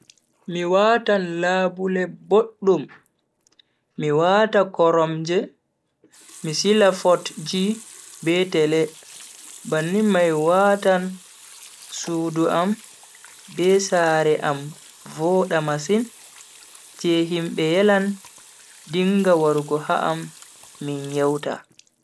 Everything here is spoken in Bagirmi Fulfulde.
Mi watan labule boddum, mi wata koromje, mi sila fotji be tele. bannin mai watan sudu am be sare am vooda masin, je himbe yelan dinga warugo ha am min yewta.